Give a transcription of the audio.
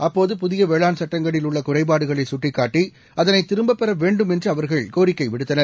அப்போது புதிய வேளாண் சட்டங்களில் உள்ள குறைபாடுகளை சுட்டிக்காட்டி அதனை திரும்பப் பெற வேண்டும் என்று அவர்கள் கோரிக்கை விடுத்தனர்